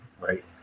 Right